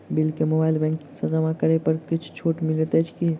Bill केँ mobile banking सँ जमा करै पर किछ छुटो मिलैत अछि की?